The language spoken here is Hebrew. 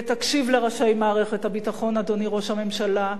ותקשיב לראשי מערכת הביטחון, אדוני ראש הממשלה,